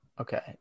Okay